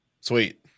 Sweet